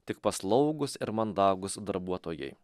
tik paslaugūs ir mandagūs darbuotojai